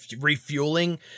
refueling